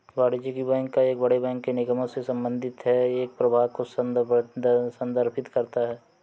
वाणिज्यिक बैंक एक बड़े बैंक के निगमों से संबंधित है एक प्रभाग को संदर्भित करता है